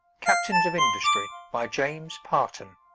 captains of industry, by james parton